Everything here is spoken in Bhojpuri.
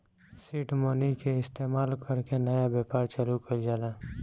सीड मनी के इस्तमाल कर के नया व्यापार चालू कइल जाला